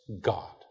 God